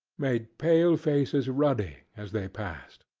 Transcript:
made pale faces ruddy as they passed.